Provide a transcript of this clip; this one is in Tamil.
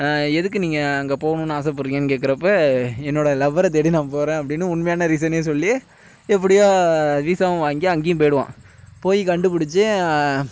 எதுக்கு நீங்கள் அங்கே போகணுன்னு ஆசைப்படுறீங்கன்னு கேக்கிறப்ப என்னோட லவ்வரை தேடி நான் போகிறேன் அப்படின்னு உண்மையான ரீசனையே சொல்லி எப்படியோ விசாவும் வாங்கி அங்கேயும் போய்டுவான் போய் கண்டுபிடிச்சி